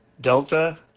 Delta